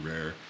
rare